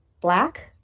black